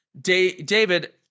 David